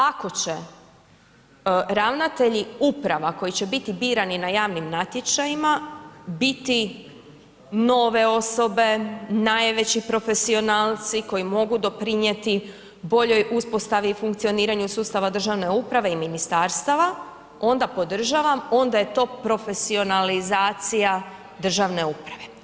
Ako će ravnatelji uprava koji će biti birani na javnim natječajima biti nove osobe, najveći profesionalci koji mogu doprinijeti boljoj uspostavi i funkcioniraju sustava državne uprave i ministarstava onda podržavam onda je to profesionalizacija državne uprave.